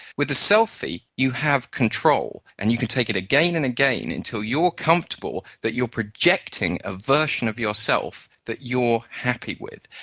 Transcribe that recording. with the selfie you have control and you can take it again and again until you are comfortable that you are projecting a version of yourself that you are happy with.